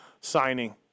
signing